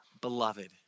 beloved